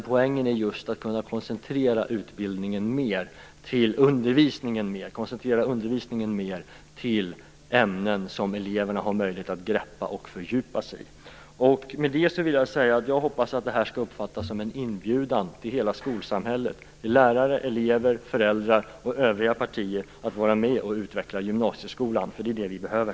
Poängen är just att i högre grad kunna koncentrera undervisningen till ämnen som eleverna har möjlighet att greppa och fördjupa sig i. Jag hoppas att det här skall uppfattas som en inbjudan till hela skolsamhället, till lärare, elever, föräldrar och övriga partier, att vara med och utveckla gymnasieskolan, för det är det vi behöver.